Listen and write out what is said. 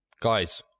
guys